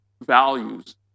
values